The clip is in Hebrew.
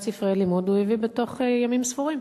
ספרי לימוד הוא הביא בתוך ימים ספורים,